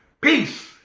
Peace